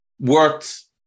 worth